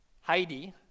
Heidi